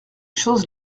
choses